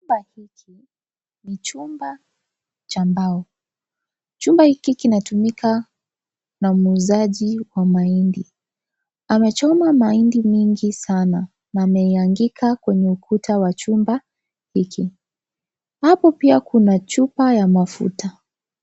Chumba hiki ni chumba cha mbao. Chumba hiki kinatumika na muuzaji wa mahindi. Amechoma mahindi mingi sana an ameinanika kwenye ukuta wa chumba hiki. Hapo pia kuna chupa ya mafuta.